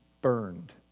burned